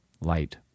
light